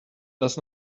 does